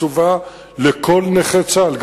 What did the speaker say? קצובה לכל נכה צה"ל.